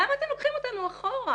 למה אתם לוקחים אותנו אחורה?